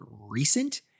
recent